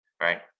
right